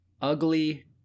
ugly